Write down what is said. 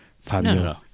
Fabio